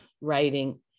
writing